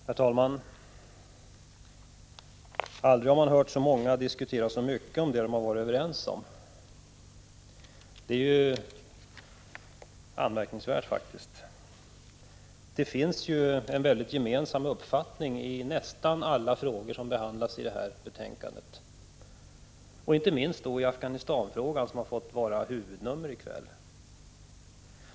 Herr talman! Aldrig har man hört så många diskutera så mycket om vad man är överens om. Det är faktiskt anmärkningsvärt. Det finns ju en gemensam uppfattning i nästan alla frågor som behandlas i detta betänkande, inte minst i frågan om Afghanistan, som fått vara huvudnummer i kväll.